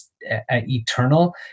eternal